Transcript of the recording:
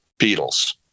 Beatles